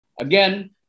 again